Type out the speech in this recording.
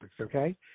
okay